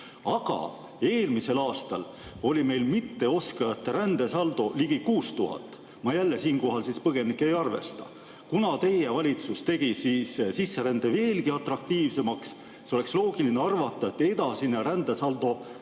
Aga eelmisel aastal oli meil mitteoskajate rändesaldo ligi 6000. Ma siinkohal põgenikke jälle ei arvesta. Kuna teie valitsus tegi sisserände veelgi atraktiivsemaks, oleks loogiline arvata, et edasine rändesaldo